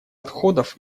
отходов